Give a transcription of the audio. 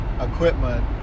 equipment